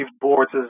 boards